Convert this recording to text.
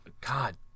God